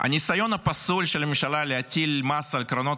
הניסיון הפסול של הממשלה להטיל מס על קרנות